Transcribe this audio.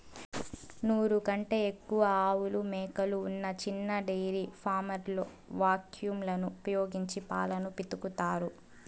నూరు కంటే ఎక్కువ ఆవులు, మేకలు ఉన్న చిన్న డెయిరీ ఫామ్లలో వాక్యూమ్ లను ఉపయోగించి పాలను పితుకుతారు